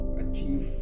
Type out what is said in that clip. achieve